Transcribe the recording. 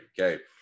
okay